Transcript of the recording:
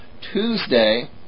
Tuesday